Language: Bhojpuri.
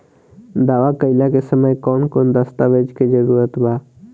दावा कईला के समय कौन कौन दस्तावेज़ के जरूरत बा?